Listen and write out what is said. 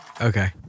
Okay